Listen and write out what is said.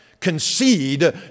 concede